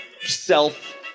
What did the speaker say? self